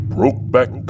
Brokeback